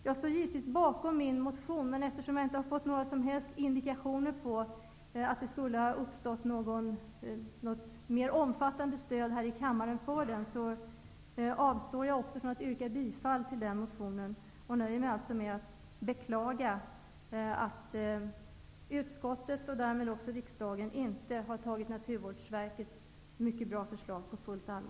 Jag står givetvis bakom min motion, men eftersom jag inte har fått några som helst indikationer på att det skulle uppstått något mer omfattande stöd här i kammaren för den, avstår jag från att yrka bifall också när det gäller den motionen. Jag nöjer mig alltså med att beklaga att utskottet och därmed riksdagen inte har tagit Naturvårdsverkets mycket bra förslag på fullt allvar.